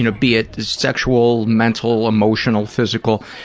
you know be it sexual, mental, emotional, physical,